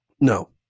No